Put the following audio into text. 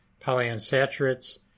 polyunsaturates